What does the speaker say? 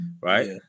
right